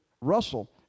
Russell